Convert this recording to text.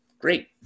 great